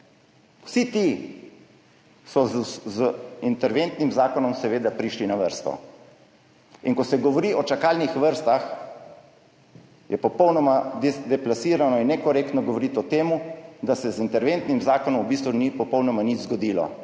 Vsi ti so z interventnim zakonom seveda prišli na vrsto. Ko se govori o čakalnih vrstah, je popolnoma deplasirano in nekorektno govoriti o tem, da se z interventnim zakonom v bistvu ni popolnoma nič zgodilo